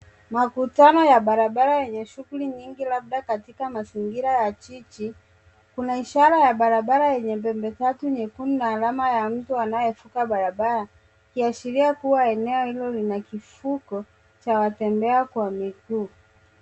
Makutano ya barabara yenye shughuli nyingi labda katika mazingira ya jiji. Kuna ishara ya barabara yenye ppembe tatu nyekundu na alama ya mtu anayevuka barabara ikiashiria kuwa eneo hilo lina kifuko cha watembea kwa miguu.